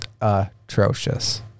atrocious